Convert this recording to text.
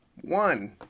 One